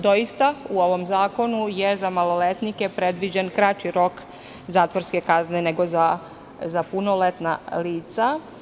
Doista, u ovom zakonu je za maloletnike predviđen kraći rok zatvorske kazne, nego za punoletna lica.